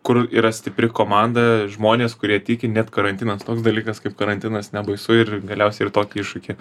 kur yra stipri komanda žmonės kurie tiki net karantinas toks dalykas kaip karantinas nebaisu ir galiausiai ir tokį iššūkį